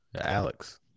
Alex